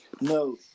No